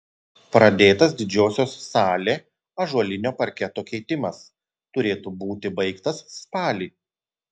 pradėtas didžiosios salė ąžuolinio parketo keitimas turėtų būti baigtas spalį